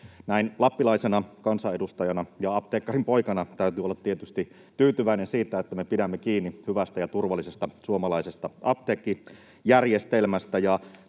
Näin lappilaisena kansanedustajana ja apteekkarin poikana täytyy olla tietysti tyytyväinen siitä, että me pidämme kiinni hyvästä ja turvallisesta suomalaisesta apteekkijärjestelmästä.